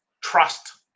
trust